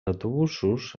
autobusos